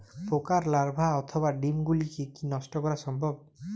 পোকার লার্ভা অথবা ডিম গুলিকে কী নষ্ট করা সম্ভব?